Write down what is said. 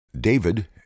David